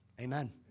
Amen